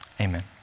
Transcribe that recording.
amen